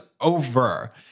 over